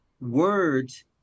Words